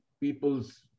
people's